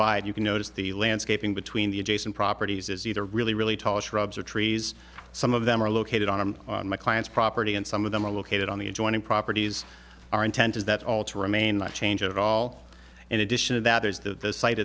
it you can notice the landscaping between the adjacent properties is either really really tall shrubs or trees some of them are located on i'm on my client's property and some of them are located on the adjoining properties our intent is that all to remain not change at all in addition to that there's the site